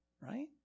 right